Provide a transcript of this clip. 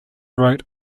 wrote